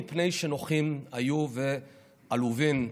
"מפני שנוחין היו ועלובין",